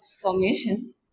formation